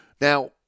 Now